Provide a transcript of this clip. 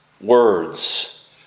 words